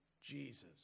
Jesus